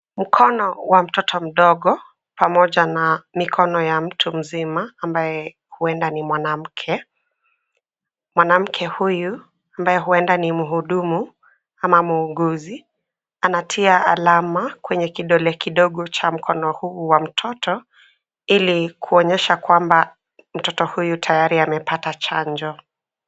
Mkono ya mtoto mdogo, pamoja na mikono ya mtu mzima, ambaye huenda ni mwanamke, mwanamke huyu ambaye huenda ni mhudumu, au muuguzi, anatia alama, kwenye kidole kidogo cha mkono huu wa mtoto, ili kuonyesha kwamba mtoto huyu tayari amepata chanjo.